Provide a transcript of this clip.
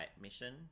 mission